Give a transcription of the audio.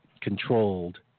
controlled